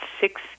six